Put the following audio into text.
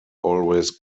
always